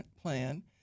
plan